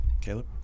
Caleb